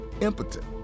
impotent